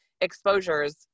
exposures